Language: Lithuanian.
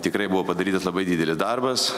tikrai buvo padarytas labai didelis darbas